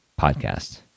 Podcast